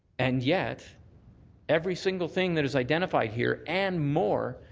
and yet every single thing that is identified here, and more,